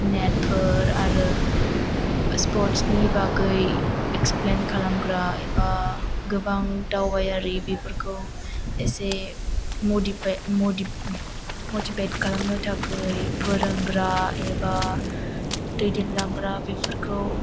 नेटफोर आरो स्पर्टसनि बागै एक्सप्लेन खालामग्रा एबा गोबां दावबायारि बेफोरखौ एसे मडिफाय मटिभेट खालामनो थाखै फोरोंग्रा एबा दैदेनलांग्रा बेफोरखौ